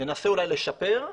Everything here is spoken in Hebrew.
ננסה אולי לשפר,